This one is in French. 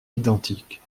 identiques